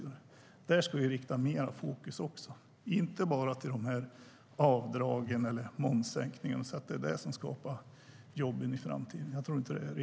Det ska vi ha mera fokus på, inte bara på avdragen eller momssänkningen. Jag tror inte att det är detta som skapar jobben i framtiden.